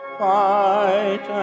fight